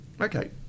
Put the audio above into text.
Okay